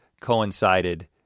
coincided